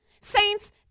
Saints